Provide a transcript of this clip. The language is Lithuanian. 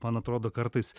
man atrodo kartais